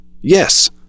yes